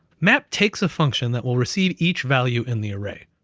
map takes a function that will receive each value in the array.